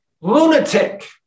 lunatic